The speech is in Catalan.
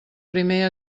primer